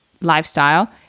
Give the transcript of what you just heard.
lifestyle